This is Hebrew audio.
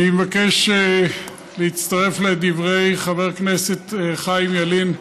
אני מבקש להצטרך לדברי חבר הכנסת חיים ילין,